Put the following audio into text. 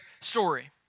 story